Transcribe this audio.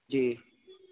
جی